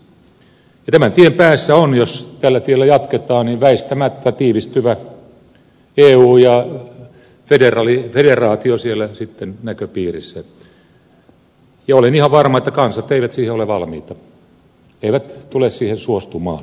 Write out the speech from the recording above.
tämän tien päässä on jos tällä tiellä jatketaan väistämättä tiivistyvä eu ja federaatio siellä sitten näköpiirissä ja olen ihan varma että kansat eivät siihen ole valmiita eivät tule siihen suostumaan